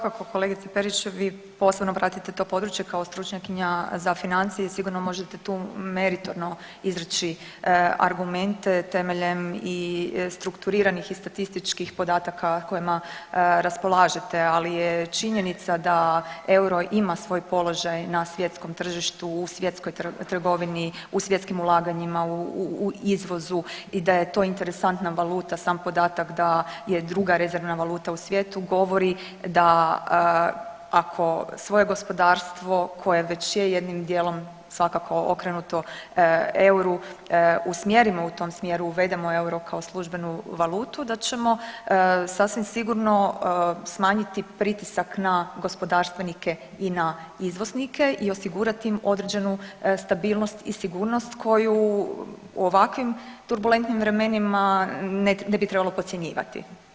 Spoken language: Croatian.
Pa svakako kolegice Perić, vi posebno pratite to područje kao stručnjakinja za financije i sigurno možete tu meritorno izreći argumente temeljem i strukturiranih i statističkih podataka kojima raspolažete, ali je činjenica da euro ima svoj položaj na svjetskom tržištu, u svjetskoj trgovini, u svjetskim ulaganjima, u izvozu i da je to interesantna valuta, sam podatak da je druga rezervna valuta u svijetu govori da ako svoje gospodarstvo koje već je jednim dijelom svakako okrenuto euru usmjerimo u tom smjeru i uvedemo euro kao službenu valutu da ćemo sasvim sigurno smanjiti pritisak na gospodarstvenike i na izvoznike i osigurati im određenu stabilnost i sigurnost koju u ovakvim turbulentnim vremenima ne bi trebalo podcjenjivati.